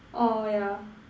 oh yeah